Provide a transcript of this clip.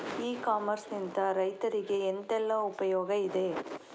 E commerce ನಿಂದ ರೈತರಿಗೆ ಎಂತೆಲ್ಲ ಉಪಯೋಗ ಇದೆ?